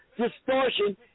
distortion